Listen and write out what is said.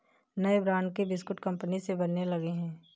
नए ब्रांड के बिस्कुट कंगनी से बनने लगे हैं